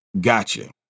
Gotcha